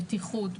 בטיחות,